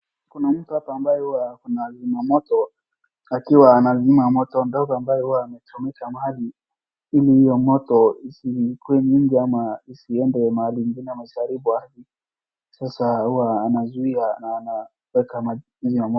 Kuna mtu hapa ambaye huwa ako na zima moto, akiwa ana zima moto ndogo ambaye huwa anachomeka mahali, ili hio moto isikuwe nyingi ama isisende mahali ingine na isiharibu ardhi, sasa huwa anazuia na anaweka majukumu ya moto.